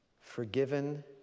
forgiven